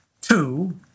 two